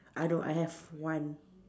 I know I have one